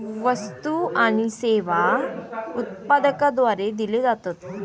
वस्तु आणि सेवा उत्पादकाद्वारे दिले जातत